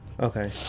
Okay